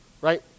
right